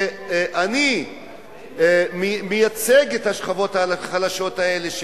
ואני מייצג את השכבות החלשות האלה,